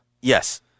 Yes